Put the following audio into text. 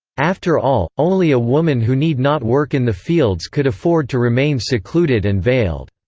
after all, only a woman who need not work in the fields could afford to remain secluded and veiled.